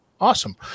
Awesome